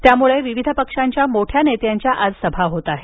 त्यामुळे विविध पक्षांच्या मोठ्या नेत्यांच्या आज सभा होणार आहेत